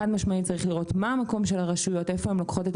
חד משמעית צריך לראות מה המקום של הרשויות; איפה הן לוקחות את